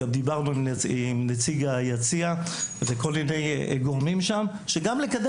גם דיברנו עם נציג היציע וכל מיני גורמים שם כדי שיקדמו